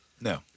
No